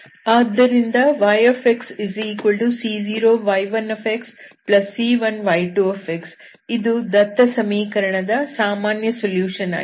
ಆದ್ದರಿಂದ yxc0y1xc1y2 ಇದು ದತ್ತ ಸಮೀಕರಣದ ಸಾಮಾನ್ಯ ಸೊಲ್ಯೂಷನ್ ಆಗಿದೆ